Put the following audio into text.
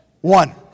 One